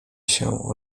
się